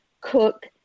cook